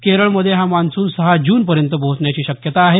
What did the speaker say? केरळमध्ये हा मान्सून सहा जूनपर्यंत पोहोचण्याची शक्यता आहे